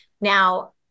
Now